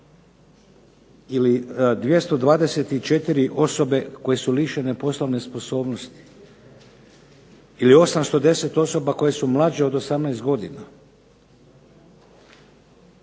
ili 224 osobe koje su lišene poslovne sposobnosti ili 810 osoba koje su mlađe od 18 godina.